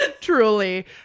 truly